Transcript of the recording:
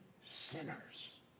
sinners